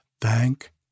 Thank